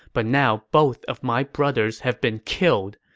but now both of my brothers have been killed.